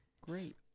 Great